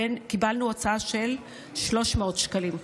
קיבלנו הוצאה של 300 שקלים.